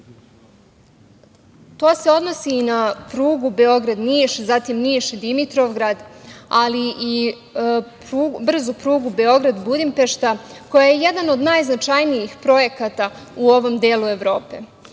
To se odnosi i na prugu Beograd – Niš, zatim Niš – Dimitrovgrad, ali i na brzu prugu Beograd – Budimpešta, koja je jedna od najznačajnijih projekata u ovom delu Evrope.